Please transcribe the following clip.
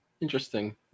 interesting